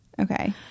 Okay